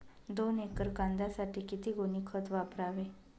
दोन एकर कांद्यासाठी किती गोणी खत वापरावे?